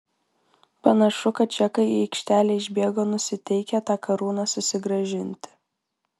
panašu kad čekai į aikštelę išbėgo nusiteikę tą karūną susigrąžinti